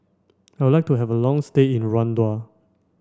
I would like to have a long stay in Rwanda